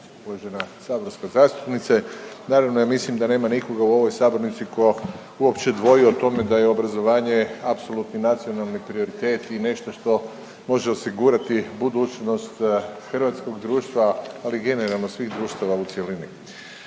Uvažena saborska zastupnice, naravno ja mislim da nema nikoga u ovoj sabornici ko uopće dvoji o tome da je obrazovanje apsolutni nacionalni prioritet i nešto što može osigurati budućnost hrvatskog društva, ali generalno svih društava u cjelini.